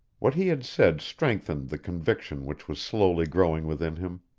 what he had said strengthened the conviction which was slowly growing within him.